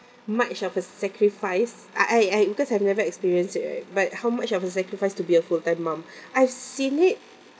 much of a sacrifice I I I because I've never experience it right but how much of a sacrifice to be a full time mom I've seen it